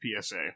PSA